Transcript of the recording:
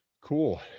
Cool